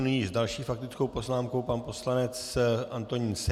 Nyní s další faktickou poznámkou pan poslanec Antonín Seďa.